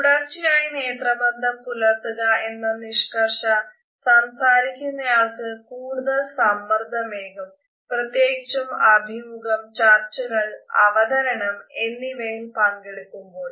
തുടർച്ചയായി നേത്രബന്ധം പുലർത്തുക എന്ന നിഷ്കർഷ സംസാരിക്കുന്നയാൾക്ക് കൂടുതൽ സമ്മർദമേകും പ്രത്യേകിച്ചും അഭിമുഖം ചർച്ചകൾ അവതരണം എന്നിവയിൽ പങ്കെടുക്കുമ്പോൾ